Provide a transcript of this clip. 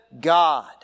God